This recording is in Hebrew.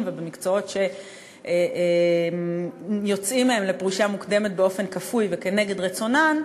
ובמקצועות שיוצאים מהם לפרישה מוקדמת באופן כפוי וכנגד רצונן.